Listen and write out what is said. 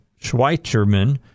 Schweitzerman